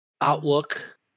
outlook